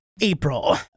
April